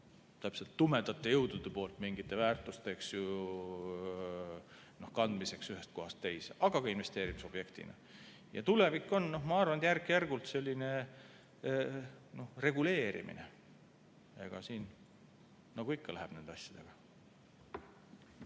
ütleme, tumedate jõudude poolt mingite väärtuste kandmiseks ühest kohast teise, aga ka investeerimisobjektina. Tulevik on, ma arvan, järk-järgult selline reguleerimine. Nagu ikka läheb nende asjadega.